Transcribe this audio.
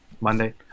Monday